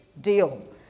deal